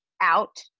out